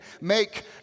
make